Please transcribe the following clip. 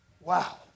Wow